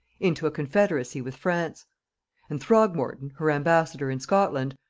into a confederacy with france and throgmorton, her ambassador in scotland,